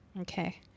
Okay